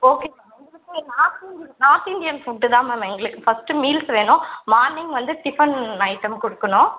okay ma'am எங்களுக்கு north Indian north Indian food தான் ma'am எங்களுக்கு ஃபர்ஸ்ட் மீல்ஸ் வேணும் மார்னிங் வந்து டிஃபன் ஐட்டம் கொடுக்கணும்